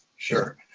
sure.